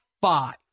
five